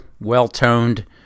well-toned